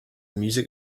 music